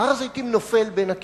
הר-הזיתים נופל בין הכיסאות,